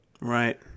Right